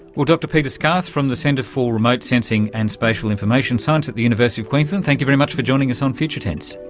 dr peter scarth from the centre for remote sensing and spatial information science at the university of queensland, thank you very much for joining us on future tense.